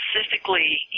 specifically